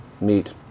meet